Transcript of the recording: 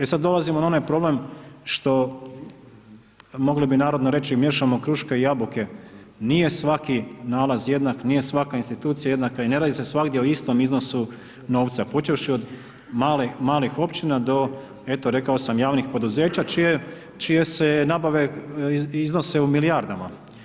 E sad dolazimo na onaj problem što mogli bi narodno reći „miješamo kruške i jabuke“, nije svaki nalaz jednak, nije svaka institucija jednaka i ne radi se svagdje o istom iznosu novca počevši od malih općina do eto rekao sam javnih poduzeća čije se nabave iznose u milijardama.